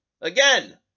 Again